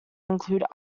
include